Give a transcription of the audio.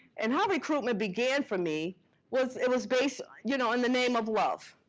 and how recruitment began for me was it was based you know in the name of love.